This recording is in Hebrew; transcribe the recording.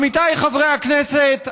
עמיתיי חברי הכנסת,